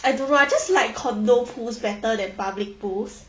I don't know I just like condo pools better than public pools